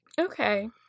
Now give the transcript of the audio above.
Okay